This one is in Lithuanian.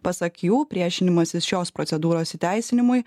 pasak jų priešinimasis šios procedūros įteisinimui